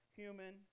human